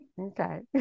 Okay